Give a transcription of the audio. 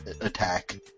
attack